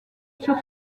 sur